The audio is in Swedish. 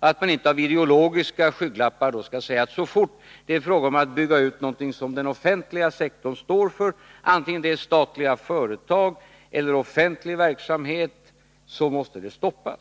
Man skall inte, med användande av ideologiska skygglappar, så fort det är fråga om att bygga ut något som den offentliga sektorn står för — antingen det är statliga företag eller offentlig verksamhet — säga att det måste stoppas.